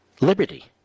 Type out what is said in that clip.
liberty